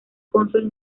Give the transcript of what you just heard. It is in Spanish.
cónsul